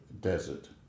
desert